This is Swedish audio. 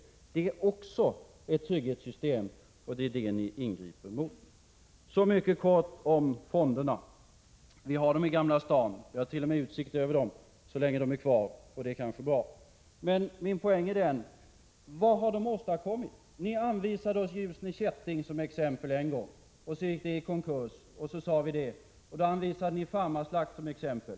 Även här är det fråga om ett trygghetssystem, och det är detta system ni ingriper mot. Så mycket kort något om fonderna. Vi har dem i Gamla stan. Jag har t.o.m. utsikt över dem, så länge de är kvar, och det är kanske bra. Men min poäng är: Vad har fonderna åstadkommit? Ni anvisade oss en gång Ljusne Kätting som exempel. Så gick det företaget i konkurs, och vi påpekade detta. Då anvisade ni Farmarslakt som exempel.